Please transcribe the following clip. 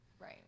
Right